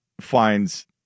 finds